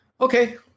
Okay